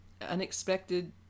unexpected